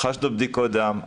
רכשנו בדיקות דם,